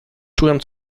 czułem